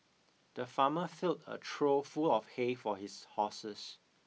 the farmer filled a trough full of hay for his horses